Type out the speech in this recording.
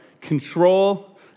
Control